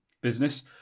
business